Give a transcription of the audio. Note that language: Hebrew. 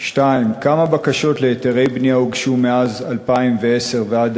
2. כמה בקשות להיתרי בנייה הוגשו מאז 2010 ועד